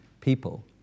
people